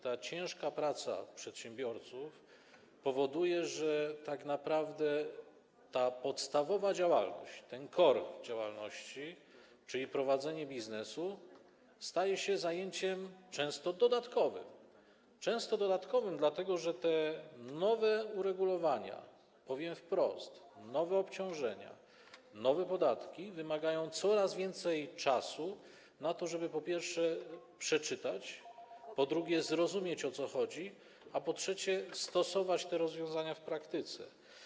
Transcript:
Ta ciężka praca przedsiębiorców powoduje, że tak naprawdę ta podstawowa działalność, core działalności, czyli prowadzenie biznesu, staje się zajęciem często dodatkowym, dlatego że te nowe uregulowania, powiem wprost, nowe obciążenia, nowe podatki wymagają coraz więcej czasu, po pierwsze, żeby to przeczytać, po drugie, żeby zrozumieć, o co chodzi, a po trzecie, żeby stosować te rozwiązania w praktyce.